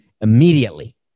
immediately